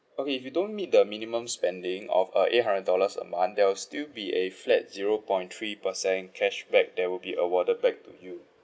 okay if you don't meet the minimum spending of uh eight hundred dollars a month there'll still be a flat zero point three per cent cashback that will be awarded back to you